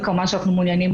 וכמובן שאנחנו מעוניינים